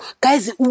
guys